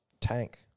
tank